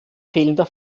fehlender